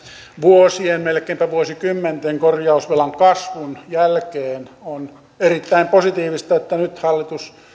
vuosien melkeinpä vuosikymmenten korjausvelan kasvun jälkeen on erittäin positiivista että nyt hallituksessa